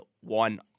one